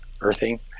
Earthing